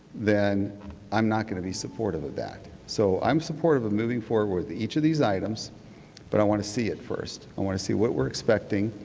then i'm not going to be supportive of that. so i'm supportive of moving forward with each of these items but i want to see it first. i want to see what we are expecting.